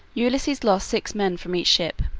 ulysses lost six men from each ship.